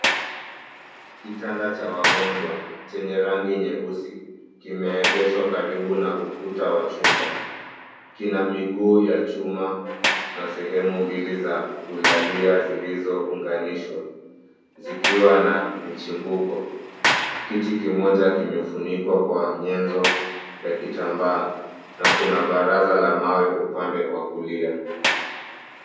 Kitanda cha wagonjwa chenye rangi nyeusi kimeegeshwa karibu na ukuta wa chumba. Kina miguu ya chuma na sehemu mbili za kulalia zilizounganishwa zikiwa na michimbuko. Kiti kimoja kimefunikwa kwa nyenzo ya kitambaa na kuna baraza la mawe upande wa kulia.